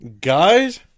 Guys